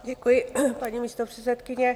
Děkuji, paní místopředsedkyně.